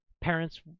Parents